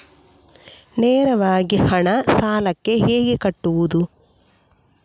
ನೇರವಾಗಿ ಹಣ ಸಾಲಕ್ಕೆ ಹೇಗೆ ಕಟ್ಟುವುದು?